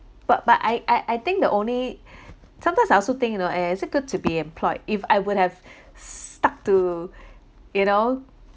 but but I I I think the only sometimes I also think you know eh is it good to be employed if I would have stuck to you know